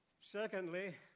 Secondly